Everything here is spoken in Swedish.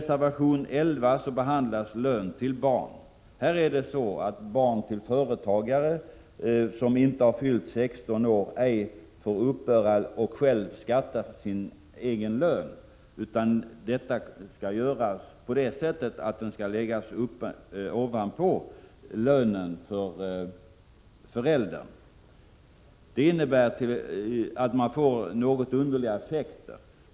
16 år får inte uppbära och själva skatta för sin egen lön, utan deras lön skall läggas ovanpå lönen för föräldern. Det innebär att man får något underliga effekter.